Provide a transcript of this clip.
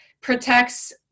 protects